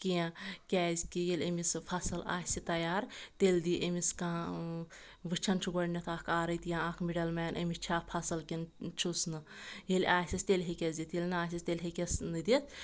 کینٛہہ کیازکہِ ییٚلہِ أمِس فصٕل آسہِ تیار تیٚلہِ دِی أمِس کانٛہہ وٕچھَن چھُ گۄڈٕنیٚتھ اکھ آرٕتۍ یا اَکھ مِڈل مین أمِس چھا فصٕل کِنہٕ چھُس نہٕ ییٚلہِ آسیٚس تیٚلہِ ہیٚکیٚس دِتھ ییٚلہِ نہٕ آسیٚس تیٚلہِ ہیٚکیٚس نہٕ دِتھ